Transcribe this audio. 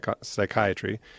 psychiatry